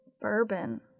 bourbon